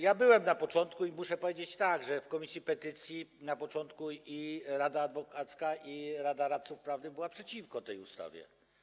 Ja byłem na początku i muszę powiedzieć tak: w Komisji do Spraw Petycji na początku i rada adwokacka, i rada radców prawnych była przeciwko tej ustawie.